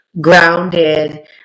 grounded